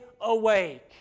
Awake